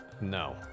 No